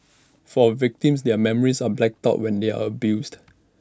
for victims their memories are blacked out when they are abused